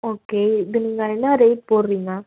okay இது நீங்கள் என்னா ரேட் போடுறீங்க